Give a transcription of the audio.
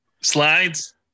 Slides